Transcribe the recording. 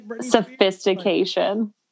sophistication